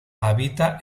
habita